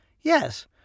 Yes